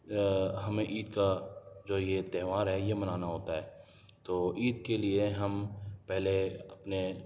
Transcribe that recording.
ہمیں عید کا جو یہ تہوار ہے یہ منانا ہوتا ہے تو عید کے لئے ہم پہلے اپنے